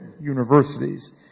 universities